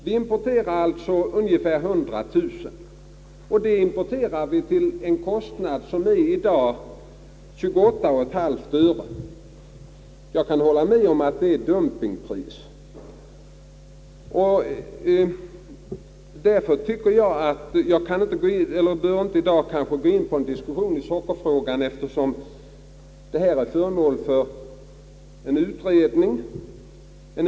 Vi importerar alltså ungefär 100000 ton. Importpriset är i dag 28,5 öre per kilo. Jag kan hålla med om att det är ett dumpingpris. Emellertid vill jag i dag inte gå in på en diskussion i sockerfrågan, eftersom den har varit föremål för en utredning.